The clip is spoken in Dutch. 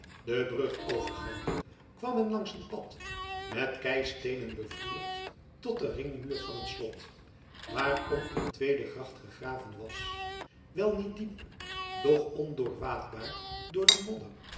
de brug overgaande kwam men langs een pad met keisteenen bevloerd tot den ringmuur van het slot waarom een tweede gracht gegraven was wel niet diep doch ondoorwaadbaar door den modder